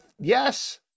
yes